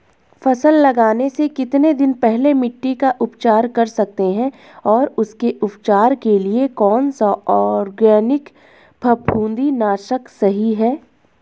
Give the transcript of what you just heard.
फसल लगाने से कितने दिन पहले मिट्टी का उपचार कर सकते हैं और उसके उपचार के लिए कौन सा ऑर्गैनिक फफूंदी नाशक सही है?